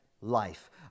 life